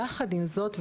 יחד עם זאת,